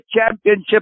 championship